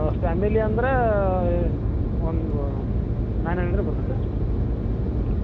family ಅಂದ್ರೆ ಒಂದು nine hundred ಬರ್ತದ್ ರೀ